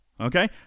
okay